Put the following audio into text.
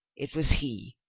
it was he.